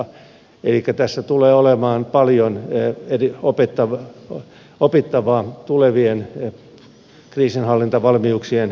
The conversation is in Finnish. elikkä tässä tulee olemaan paljon opittavaa tulevien kriisinhallintavalmiuksien kehittämiseksi